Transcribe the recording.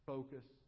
Focus